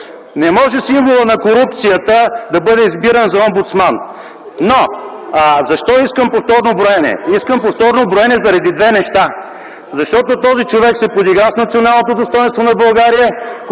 Не може символът на корупцията да бъде избиран за омбудсман. Но, защо искам повторно броене? Искам повторно броене заради две неща. Защото този човек се подигра с националното достойнство на България,